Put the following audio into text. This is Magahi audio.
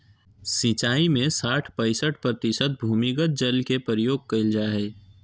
सिंचाई में साठ पईंसठ प्रतिशत भूमिगत जल के प्रयोग कइल जाय हइ